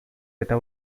eta